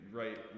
right